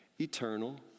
eternal